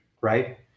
right